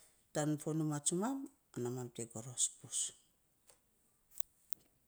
Tan fo numaa tsumam, ana mam te goros bus.